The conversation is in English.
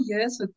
yes